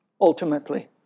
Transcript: ultimately